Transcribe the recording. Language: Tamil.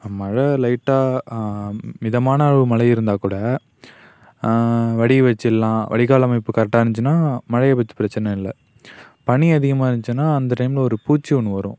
மழை லைட்டாக மிதமான அளவு மழை இருந்தால் கூட வடிய வெச்சிடல்லாம் வடிகால் அமைப்பு கரெக்டாக இருந்துச்சுன்னா மழையை பற்றி பிரச்சனை இல்லை பனி அதிகமாக இருந்துச்சுன்னா அந்த டைமில் ஒரு பூச்சி ஒன்று வரும்